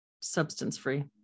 substance-free